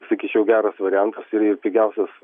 sakyčiau geras variantas yra ir pigiausias